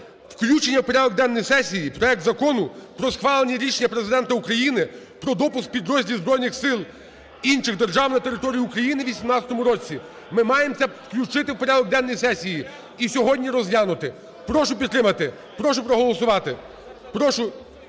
включення у порядок денний сесії проект Закону про схвалення рішення Президента України про допуск підрозділів збройних сил інших держав на територію України у 2018 році. Ми маємо це включити у порядок денний сесії і сьогодні розглянути. Прошу підтримати, прошу проголосувати.